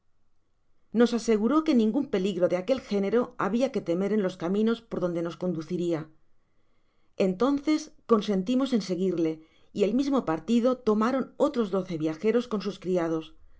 nos aseguró que ningua peligro de aquel género habia que temer en los caminos por donde nos conduciria entonces consentimos en seguirle y el mismo partido tomaron otros doce viajeros con sus criados